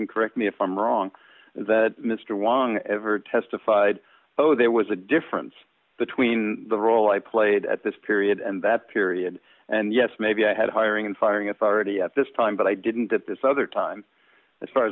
can correct me if i'm wrong that mr wang ever testified oh there was a difference between the role i played at this period and that period and yes maybe i had hiring and firing authority at this time but i didn't at this other time as far